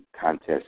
contest